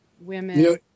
women